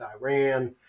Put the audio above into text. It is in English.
Iran